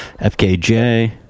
FKJ